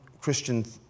Christian